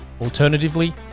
Alternatively